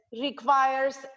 requires